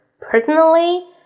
personally